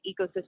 ecosystem